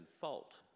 fault